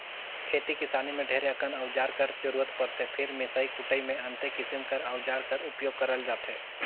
खेती किसानी मे ढेरे अकन अउजार कर जरूरत परथे फेर मिसई कुटई मे अन्ते किसिम कर अउजार कर उपियोग करल जाथे